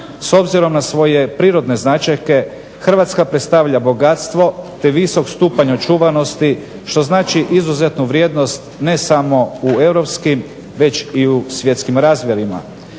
S obzirom na svoje prirodne značajke Hrvatska predstavlja bogatstvo te visok stupanj očuvanosti što znači izuzetnu vrijednost ne samo u europskim već i u svjetskim razmjerima.